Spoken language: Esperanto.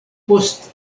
post